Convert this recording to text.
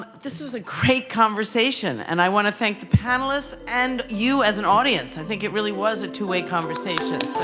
this is a great conversation. and i want to thank the panelists and you, as an audience. i think it really was a two way conversation.